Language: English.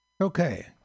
Okay